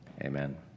Amen